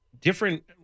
different